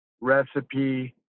recipe